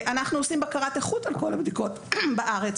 אנחנו עושים בקרת איכות על כל הבדיקות בארץ,